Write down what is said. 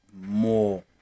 more